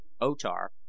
O-Tar